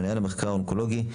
מנהל המחקר הטכנולוגי,